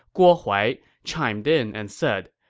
guo huai, chimed in and said,